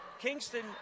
Kingston